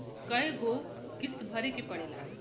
कय गो किस्त भरे के पड़ेला?